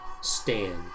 stand